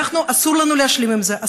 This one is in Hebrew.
אסור לנו להשלים עם זה.